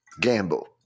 gamble